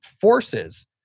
forces